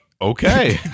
Okay